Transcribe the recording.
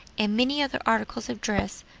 and many other articles of dress,